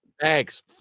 thanks